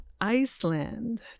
Iceland